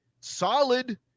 Solid